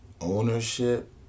Ownership